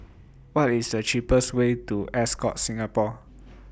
What IS The cheapest Way to Ascott Singapore